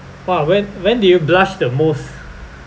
!wah! when when did you blush the most